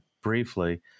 briefly